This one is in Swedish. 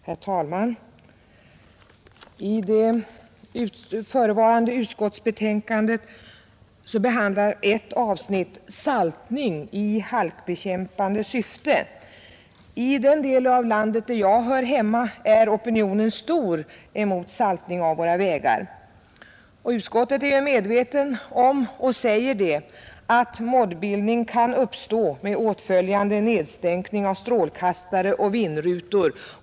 Herr talman! I det förevarande utskottsbetänkandet behandlar ett avsnitt saltning i halkbekämpande syfte. I den del av landet där jag hör hemma är opinionen stor emot saltning av våra vägar. Utskottet är medvetet om detta och anför att moddbildning kan uppstå när man saltar vägarna — med åtföljande nedstänkning av strålkastare och vindrutor.